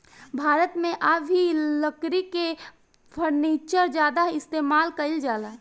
भारत मे आ भी लकड़ी के फर्नीचर ज्यादा इस्तेमाल कईल जाला